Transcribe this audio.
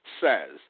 says